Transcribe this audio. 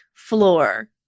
floor